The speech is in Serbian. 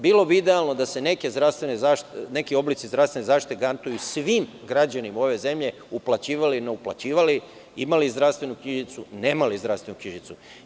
Bilo bi idealno da se neke oblici zdravstvene zaštite garantuju svim građanima ove zemlje, uplaćivali, ne uplaćivali, imali zdravstvenu knjižicu, nemali zdravstvenu knjižicu.